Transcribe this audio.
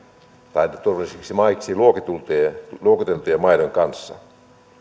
tai turvallisiksi maiksi luokiteltujen luokiteltujen maiden kanssa